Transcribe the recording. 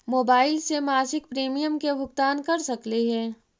Mobile से मासिक premium के भुगतान कर सकली हे?